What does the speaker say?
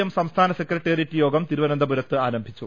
M സംസ്ഥാന secretariat യോഗം തിരുവന ന്തപുരത്ത് ആരംഭിച്ചു